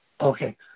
Okay